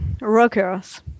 rockers